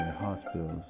hospitals